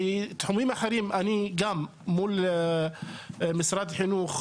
בתחומים אחרים של משרד החינוך,